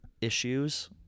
issues